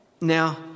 Now